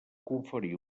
conferir